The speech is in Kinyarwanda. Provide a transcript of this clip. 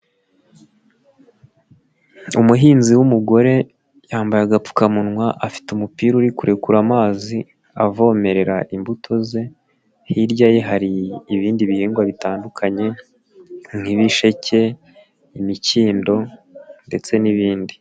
Umuhinzi w'umugore, yambaye agapfukamunwa, afite umupira uri kurekura amazi, avomerera imbuto ze, hirya ye hari ibindi bihingwa bitandukanye nk'ibisheke, imikindo ndetse n'ibindi.